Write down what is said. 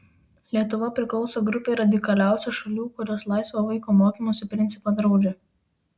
lietuva priklauso grupei radikaliausių šalių kurios laisvo vaikų mokymosi principą draudžia